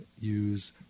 use